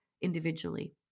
individually